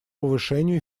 повышению